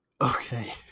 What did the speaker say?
Okay